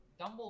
Dumbledore